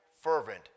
fervent